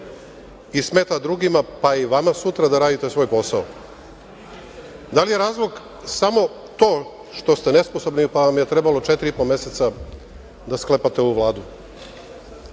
i smeta drugima, pa i vama sutra da radite svoj posao. Da li je razlog samo to što ste nesposobni pa vam je trebalo četiri i po meseca da sklepate ovu Vladu?